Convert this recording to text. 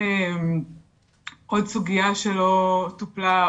סוגיה שלא טופלה,